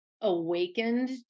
awakened